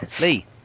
Lee